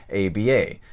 ABA